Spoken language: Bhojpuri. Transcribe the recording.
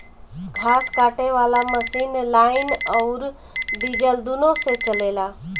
घास काटे वाला मशीन लाइन अउर डीजल दुनों से चलेला